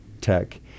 tech